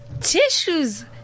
Tissues